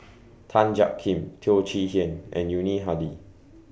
Tan Jiak Kim Teo Chee Hean and Yuni Hadi